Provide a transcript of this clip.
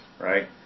Right